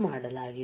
ಮಾಡಲಾಗಿದೆ